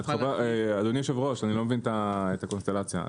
אני לא מבין את הקונסטלציה.